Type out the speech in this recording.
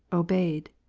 obeyed,